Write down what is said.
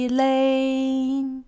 lane